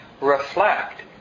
reflect